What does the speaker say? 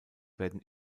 werden